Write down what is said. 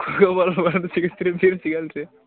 cocoa Cola ಮಾತ್ರ ಸಿಗತ್ತೆ ರಿ ಬೀರ್ ಸಿಗಲ್ಲ